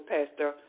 Pastor